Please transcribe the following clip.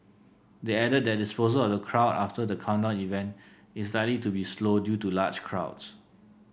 they added that dispersal of the crowd after the countdown event is likely to be slow due to large crowds